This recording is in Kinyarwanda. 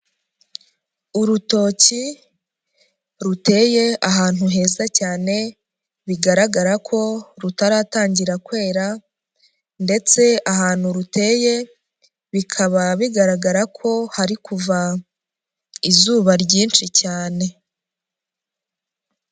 Urutoki ruteye ahantu heza cyane bigaragara ko rutaratangira kwera ndetse ahantu ruteye bikaba bigaragara ko hari kuva izuba ryinshi cyane.